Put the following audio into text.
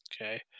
Okay